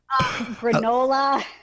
granola